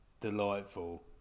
delightful